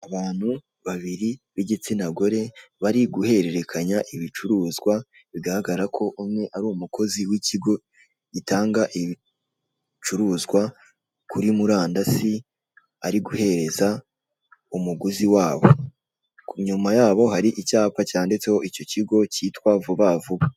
Abantu babiri b'igitsina gore bari guhererekanya ibicuruzwa bigaragara ko umwe ari umukozi w'ikigo gitanga ibicuruzwa kuri murandasi ari guhereza umuguzi wabo inyuma yabo hari icyapa cyanditseho icyo kigo cyita vuba vuba.